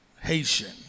Haitian